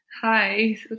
Hi